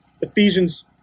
Ephesians